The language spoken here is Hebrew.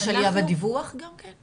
אז יש עליה בדיווח גם כן?